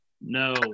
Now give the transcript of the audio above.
No